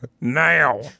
now